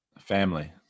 Family